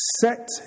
Set